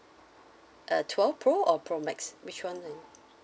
a twelve pro or pro max which one you know